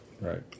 right